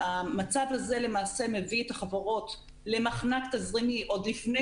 המצב הזה מביא את החברות למחנק תזרימי עוד לפני